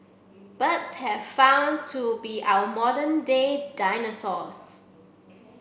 birds have found to be our modern day dinosaurs